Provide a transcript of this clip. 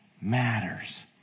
matters